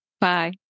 Bye